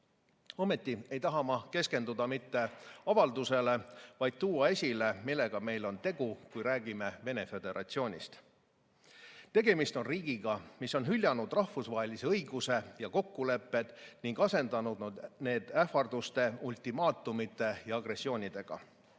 Ometi ei taha ma keskenduda mitte avaldusele, vaid tuua esile, millega meil on tegu, kui räägime Vene Föderatsioonist. Tegemist on riigiga, mis on hüljanud rahvusvahelise õiguse ja kokkulepped ning asendanud need ähvarduste, ultimaatumite ja agressioonidega.